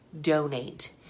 donate